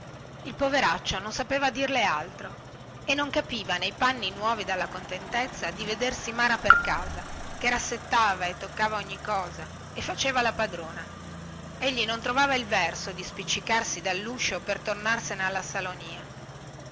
il poveraccio non sapeva dirle altro e non capiva nei panni nuovi dalla contentezza di vedersi mara per la casa che rassettava e toccava ogni cosa e faceva la padrona egli non trovava il verso di spiccicarsi dalluscio per tornarsene alla salonia